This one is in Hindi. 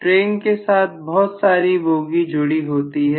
ट्रेन के साथ बहुत सारी बोगी जुड़ी हुई होती हैं